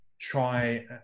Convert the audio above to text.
try